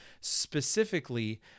specifically